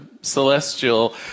celestial